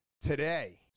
today